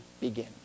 begin